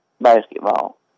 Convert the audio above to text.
Basketball